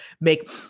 make